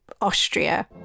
Austria